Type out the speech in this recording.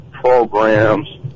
Programs